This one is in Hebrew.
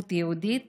זהות יהודית